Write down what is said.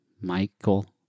Michael